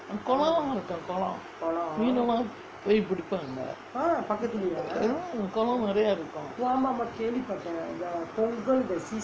குளம் இருக்கும் குளம் மீனுலாம் பிடிப்பாங்கே:kulam irukum kulam meenulaam pidippangae mm குளம் நெறைய இருக்கும்:kulam neraiyaa irukum